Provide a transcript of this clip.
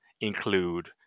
include